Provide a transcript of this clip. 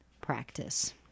practice